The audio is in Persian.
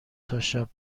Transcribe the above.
تاشب